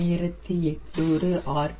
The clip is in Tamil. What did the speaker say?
1800 ஆர்